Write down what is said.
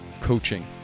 coaching